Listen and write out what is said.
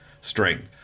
strength